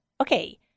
Okay